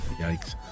yikes